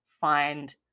find